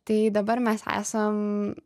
tai dabar mes esam